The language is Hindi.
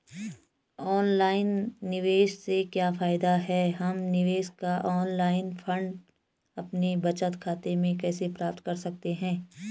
ऑनलाइन निवेश से क्या फायदा है हम निवेश का ऑनलाइन फंड अपने बचत खाते में कैसे प्राप्त कर सकते हैं?